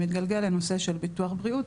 שמתגלגל לנושא של ביטוח בריאות,